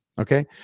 Okay